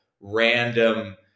random